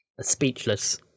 speechless